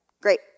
Great